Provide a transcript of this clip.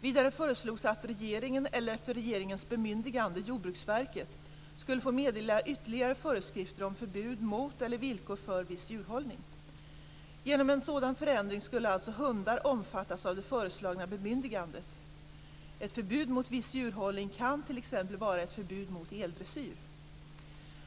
Vidare föreslogs att regeringen, eller efter regeringens bemyndigande Jordbruksverket, skulle få meddela ytterligare föreskrifter om förbud mot eller villkor för viss djurhållning. Genom en sådan förändring skulle alltså hundar omfattas av det föreslagna bemyndigandet. Ett förbud mot viss djurhållning kan t.ex. vara ett förbud mot eldressyr.